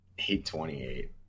828